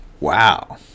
wow